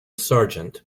sergeant